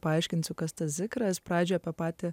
paaiškinsiu kas tas zikaras pradžiai apie patį